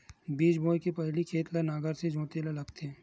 बीज बोय के पहिली खेत ल नांगर से जोतेल लगथे?